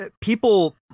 people